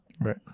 Right